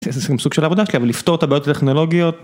זה גם סוג של עבודה שלהם, לפתור את הבעיות הטכנולוגיות.